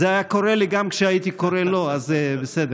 זה היה קורה לי גם כשהייתי קורא לו, אז זה בסדר.